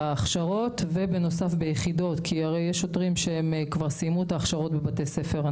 בהכשרות שלהם ובנוסף ביחידות כי יש שוטרים שסיימו את ההכשרות בבתי הספר,